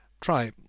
Try